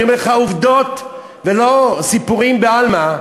אני אומר לך עובדות, ולא סיפורים בעלמא.